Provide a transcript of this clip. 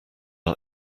are